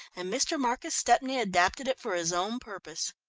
and mr. marcus stepney adapted it for his own purpose.